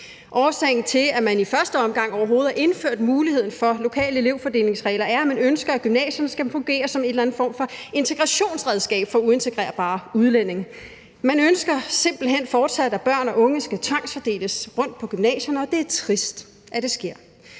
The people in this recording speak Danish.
Årsagen til, at man i første omgang overhovedet har indført muligheden for lokale elevfordelingsregler, er, at man ønsker, at gymnasier skal fungere som en eller anden form for integrationsredskab for uintegrerbare udlændinge. Man ønsker simpelt hen fortsat, at børn eller unge skal tvangsfordeles rundt på gymnasierne, og det er trist, at det sker.